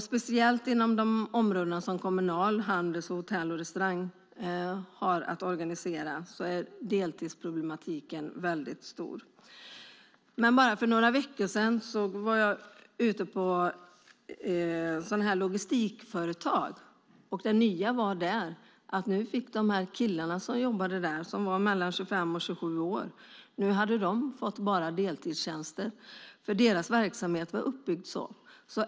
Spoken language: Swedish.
Speciellt inom de områden som Kommunal, Handels och Hotell och restaurangfacket har att organisera är deltidsproblematiken väldigt stor. För bara några veckor sedan var jag ute på logistikföretag, och det nya var att de killar som jobbar där som är mellan 25 och 27 år nu hade fått bara deltidstjänster, för deras verksamhet var uppbyggd så.